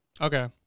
Okay